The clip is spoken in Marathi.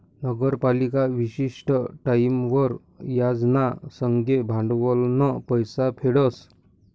नगरपालिका विशिष्ट टाईमवर याज ना संगे भांडवलनं पैसा फेडस